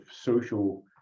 social